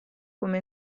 come